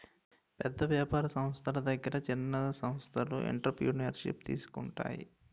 పెద్ద వ్యాపార సంస్థల దగ్గర చిన్న సంస్థలు ఎంటర్ప్రెన్యూర్షిప్ తీసుకుంటాయి